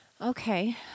Okay